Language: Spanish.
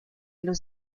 los